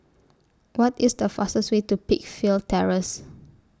What IS The fastest Way to Peakville Terrace